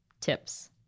tips